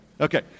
Okay